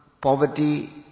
poverty